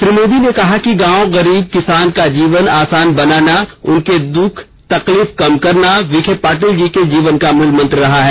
श्री मोदी ने कहा कि गांव गरीब किसान का जीवन आसान बनाना उनके द्ख उनकी तकलीफ कम करना विखे पाटिल जी के जीवन का मूलमंत्र रहा है